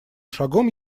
шагом